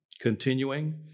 Continuing